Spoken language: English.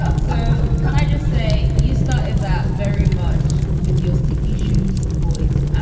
so can i just say you start that very much with your sticky issues voice.